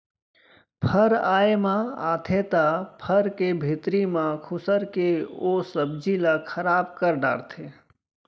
फर आए म आथे त फर के भीतरी म खुसर के ओ सब्जी ल खराब कर डारथे